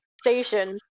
station